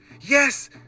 Yes